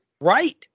Right